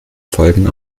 folgen